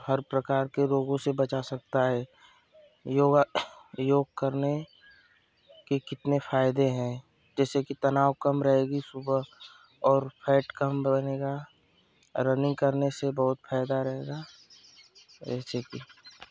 हर प्रकार के रोगों से बचा सकता हे योगा योग करने की कितने फ़ायदे हैं जैसे कि तनाव कम रहेगी सुबह और फेेट कम बनेगा रनिंग करने से बहुत फायदा रहेगा जैसे कि